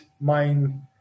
mind